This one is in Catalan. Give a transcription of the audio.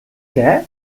què